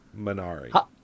minari